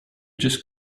just